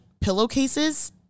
pillowcases